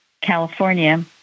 California